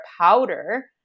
powder